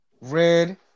Red